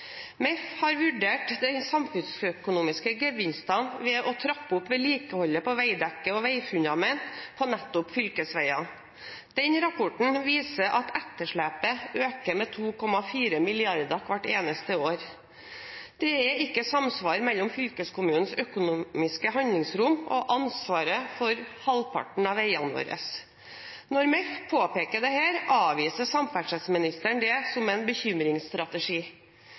MEF, har vurdert de samfunnsøkonomiske gevinstene ved å trappe opp vedlikeholdet på veidekke og veifundament på nettopp fylkesveiene. Den rapporten viser at etterslepet øker med 2,4 mrd. kr hvert eneste år. Det er ikke samsvar mellom fylkeskommunens økonomiske handlingsrom og ansvaret for halvparten av veiene våre. Når MEF påpeker dette, avviser samferdselsministeren det som en bekymringsstrategi.